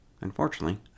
Unfortunately